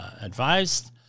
advised